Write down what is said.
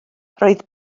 roedd